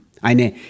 Eine